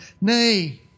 Nay